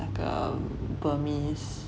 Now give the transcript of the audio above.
那个 burmese